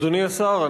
אדוני השר,